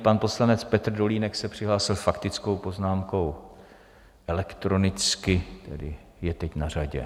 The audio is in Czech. Pan poslanec Petr Dolínek se přihlásil s faktickou poznámkou elektronicky a je teď na řadě.